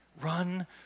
Run